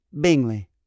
Bingley